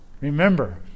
Remember